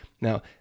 Now